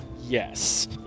Yes